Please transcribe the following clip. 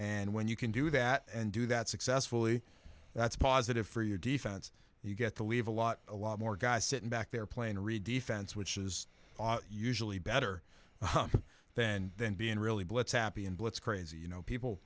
and when you can do that and do that successfully that's positive for your defense you get to leave a lot a lot more guys sitting back there playing re defense which is usually better then than being really blitz happy and blitz crazy you know people